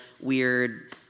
weird